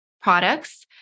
products